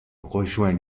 rejoint